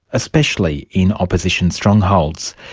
especially in opposition strongholds.